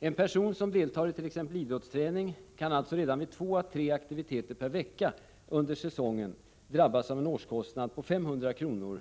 En person som deltar i t.ex. idrottsträning kan alltså redan vid två å tre aktiviteter per vecka under säsongen drabbas av en årskostnad på 500 kr.